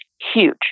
huge